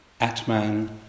Atman